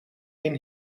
een